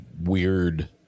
weird